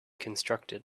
constructed